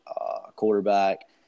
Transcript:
quarterback